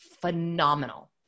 phenomenal